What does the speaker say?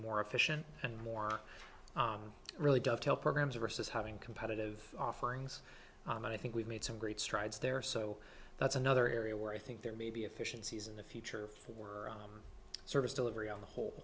more efficient and more really does help programs of us having competitive offerings and i think we've made some great strides there so that's another area where i think there may be efficiencies in the future for service delivery on the whole